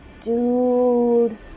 Dude